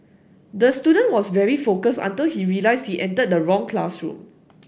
the student was very focus until he realised he entered the wrong classroom